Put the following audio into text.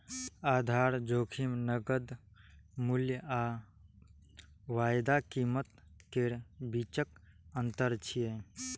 आधार जोखिम नकद मूल्य आ वायदा कीमत केर बीचक अंतर छियै